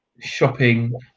shopping